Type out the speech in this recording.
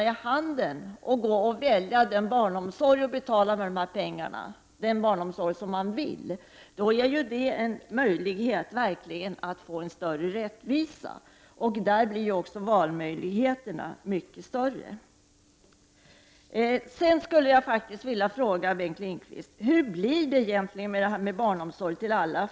i handen, skaffa sig den barnomsorg vederbörande vill ha och betala den med dessa pengar innebär det här en verklig möjlighet att åstadkomma en större rättvisa. Där blir också valmöjligheterna mycket större. Sedan skulle jag faktiskt vilja fråga Bengt Lindqvist: Hur blir det egentligen med barnomsorg till alla?